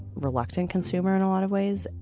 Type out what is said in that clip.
reluctant consumer and a lot of ways.